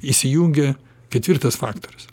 įsijungia ketvirtas faktorius